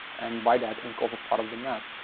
and by that, uncover part of the map.